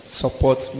support